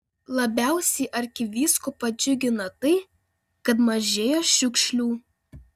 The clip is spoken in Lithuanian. labiausiai arkivyskupą džiugina tai kad mažėja šiukšlių